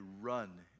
run